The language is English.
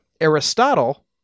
Aristotle